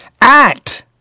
Act